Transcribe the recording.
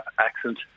accent